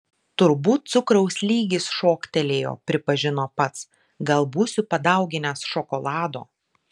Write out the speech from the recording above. turbūt cukraus lygis šoktelėjo pripažino pats gal būsiu padauginęs šokolado